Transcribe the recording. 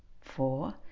four